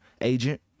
agent